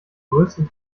größten